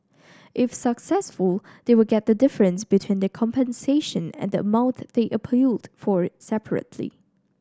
if successful they will get the difference between the compensation and the amount they appealed for separately